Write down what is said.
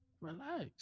relax